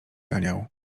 ganiał